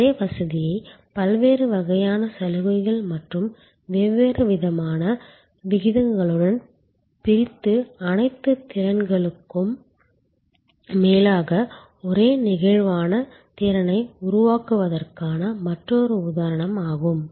அதே வசதியை பல்வேறு வகையான சலுகைகள் மற்றும் வெவ்வேறு விதமான விகிதங்களுடன் பிரித்து அனைத்து திறன்களுக்கும் மேலாக ஒரே நெகிழ்வான திறனை உருவாக்குவதற்கான மற்றொரு உதாரணம் ஆகும்